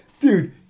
Dude